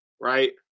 right